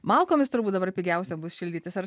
malkomis turbūt dabar pigiausia bus šildytis ar